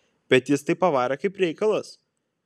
bet jis tai pavarė kaip reikalas